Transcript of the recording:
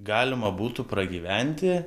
galima būtų pragyventi